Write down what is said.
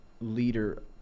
leader